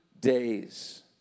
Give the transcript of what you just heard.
days